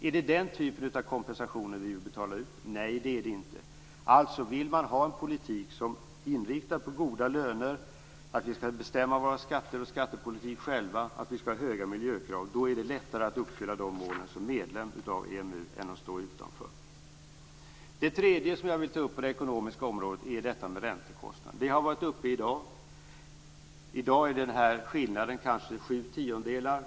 Är det den typen av kompensationer vi vill betala ut? Nej, det är det inte. Alltså: Vill man ha en politik som är inriktad på goda löner, att vi själva skall bestämma våra skatter och vår skattepolitik och att vi skall ha höga miljökrav, då är det lättare att uppfylla de målen som medlem av EMU än genom att stå utanför. Det tredje som jag vill ta upp på det ekonomiska området är räntekostnaden. Det har tagits upp här i dag. I dag är skillnaden kanske sju tiondelar.